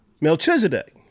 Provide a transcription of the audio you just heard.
melchizedek